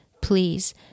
please